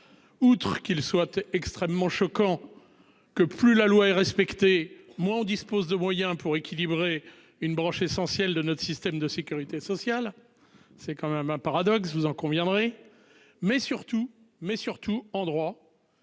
Outre qu'il soit extrêmement choquant. Que plus la loi est respectée, moi on dispose de moyens pour équilibrer une branche essentielle de notre système de sécurité sociale, c'est quand même un paradoxe, vous en conviendrez. Mais surtout, mais surtout en droit.